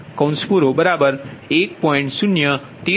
V21V20∆V20 જે 1